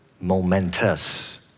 momentous